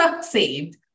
saved